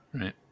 right